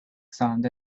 sound